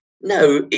No